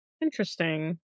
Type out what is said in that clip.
Interesting